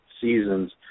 seasons